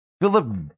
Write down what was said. Philip